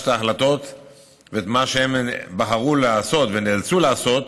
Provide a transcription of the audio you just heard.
את ההחלטות ומה שהם בחרו לעשות ונאלצו לעשות